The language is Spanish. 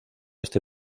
este